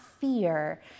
fear